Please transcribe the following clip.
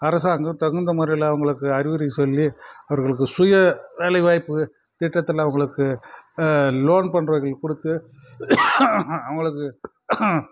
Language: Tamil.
அரசாங்கம் தகுந்த முறையில அவங்களுக்கு அறிவுரை சொல்லி அவர்களுக்கு சுய வேலைவாய்ப்பு திட்டத்தில் அவங்களுக்கு லோன் போன்றவைகள் கொடுத்து அவங்களுக்கு